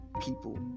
people